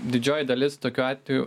didžioji dalis tokių atvejų